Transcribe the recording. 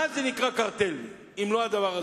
מה זה קרטל אם לא הדבר הזה?